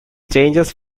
changes